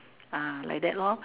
ah like that lor